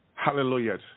Hallelujah